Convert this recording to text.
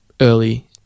early